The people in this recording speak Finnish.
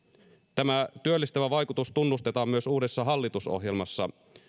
tämä työllistävä vaikutus tunnustetaan myös uudessa hallitusohjelmassa